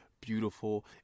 beautiful